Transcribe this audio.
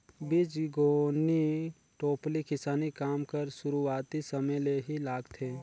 बीजगोनी टोपली किसानी काम कर सुरूवाती समे ले ही लागथे